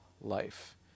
life